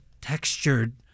textured